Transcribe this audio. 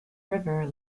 river